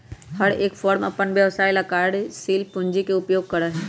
हर एक फर्म अपन व्यवसाय ला कार्यशील पूंजी के उपयोग करा हई